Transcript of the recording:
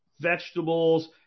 vegetables